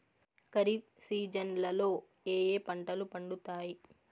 ఖరీఫ్ సీజన్లలో ఏ ఏ పంటలు పండుతాయి